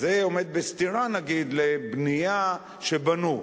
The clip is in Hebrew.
אז זה עומד בסתירה, נגיד, לבנייה שבנו.